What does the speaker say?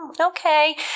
Okay